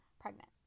pregnant